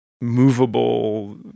movable